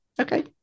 Okay